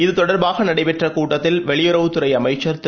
இது தொடர்பாக நடைபெற்ற கூட்டத்தில் வெளியுறவுத் துறை அமைச்சர் திரு